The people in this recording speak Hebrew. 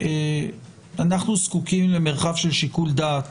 אנחנו זקוקים למרחב של שיקול דעת